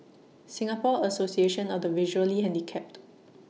Singapore Association of The Visually Handicapped